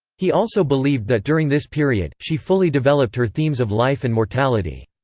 he also believed that during this period, she fully developed her themes of life and mortality.